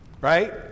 right